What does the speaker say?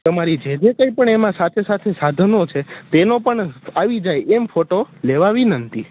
તમારી જે જે કાંઇ પણ એમાં સાથે સાથે સાધનો છે તેનો પણ આવી જાય એમ ફોટો લેવા વિનંતી